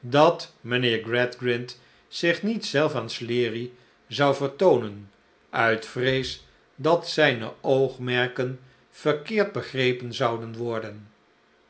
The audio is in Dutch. dat mijnheer g radgrind zich niet zelf aan sleary zou vertoonen uit vrees dat zijne oogmerken verkeerd begrepen zouden worden